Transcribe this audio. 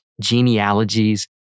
genealogies